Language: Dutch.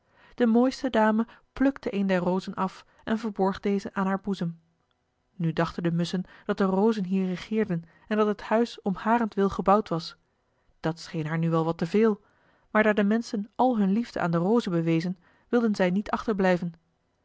de mooiste dame plukte een der rozen af en verborg deze aan haar boezem nu dachten de musschen dat de rozen hier regeerden en dat het huis om harentwil gebouwd was dat scheen haar nu wel wat te veel maar daar de menschen al hun liefde aan de rozen bewezen wilden zij niet achterblijven